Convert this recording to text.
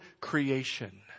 creation